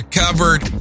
covered